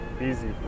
easy